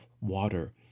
water